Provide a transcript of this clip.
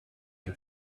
can